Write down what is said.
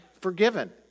forgiven